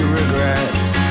regrets